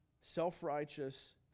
self-righteous